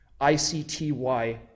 ICTY